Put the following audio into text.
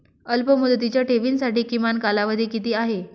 अल्पमुदतीच्या ठेवींसाठी किमान कालावधी किती आहे?